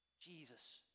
Jesus